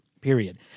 period